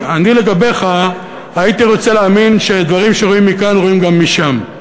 אני לגביך הייתי רוצה להאמין שדברים שרואים מכאן רואים גם משם.